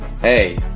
hey